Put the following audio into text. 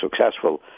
successful